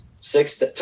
six